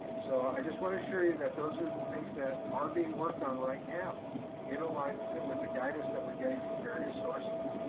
so i just want to assure you that those are the things that are being worked on right now in alignment with the guidance that we're getting from various sources.